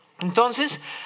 Entonces